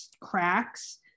cracks